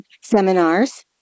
seminars